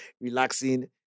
relaxing